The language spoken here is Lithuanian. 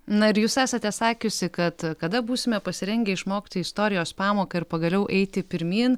na ir jūs esate sakiusi kad kada būsime pasirengę išmokti istorijos pamoką ir pagaliau eiti pirmyn